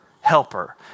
helper